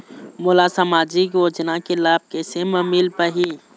मोला सामाजिक योजना के लाभ कैसे म मिल पाही?